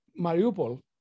Mariupol